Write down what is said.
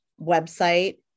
website